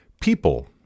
people